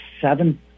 seven